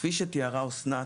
כפי שתיארה אסנת,